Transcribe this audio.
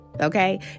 Okay